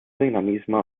dinamisme